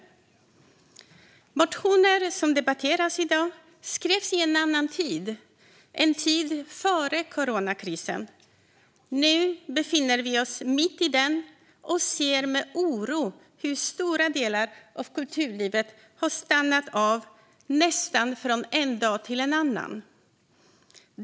De motioner som debatteras i dag skrevs i en annan tid, före coronakrisen. Nu befinner vi oss mitt i krisen och ser med oro hur stora delar av kulturlivet har stannat av, nästan från en dag till en annan.